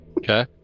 Okay